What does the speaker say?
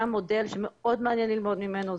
גם מודל שמאוד מעניין ללמוד ממנו.